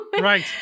right